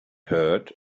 heard